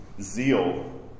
zeal